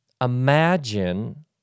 Imagine